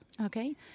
Okay